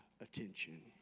attention